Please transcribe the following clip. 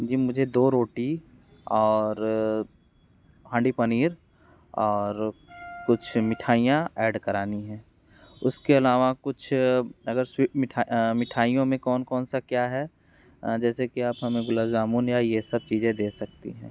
जी मुझे दो रोटी और हांडी पनीर और कुछ मिठाइयाँ ऐड करानी हैं उसके अलावा कुछ अगर स्वीट मिठाइयों में कौन कौन सा क्या है जैसे कि आप हमें गुलाब जामुन या ये सब चीज़े दे सकती हैं